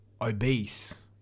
Obese